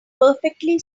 perfectly